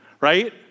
right